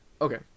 Okay